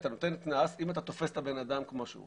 אתה נותן קנס אם אתה תופס את הבן אדם כמו שהוא.